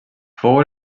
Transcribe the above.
fou